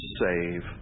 save